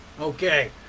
Okay